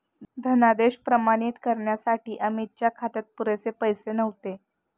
धनादेश प्रमाणित करण्यासाठी अमितच्या खात्यात पुरेसे पैसे नव्हते